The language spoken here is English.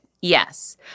Yes